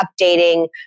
updating